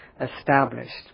established